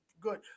good